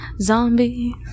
zombie